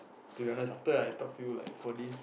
to be honest after I talk to you like for this